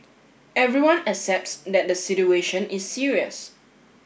everyone accepts that the situation is serious